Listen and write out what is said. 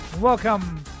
Welcome